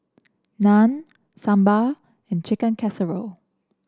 Naan Sambar and Chicken Casserole